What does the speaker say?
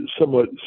somewhat